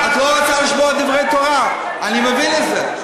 את לא רוצה לשמוע דברי תורה, אני מבין את זה.